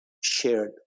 shared